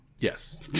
Yes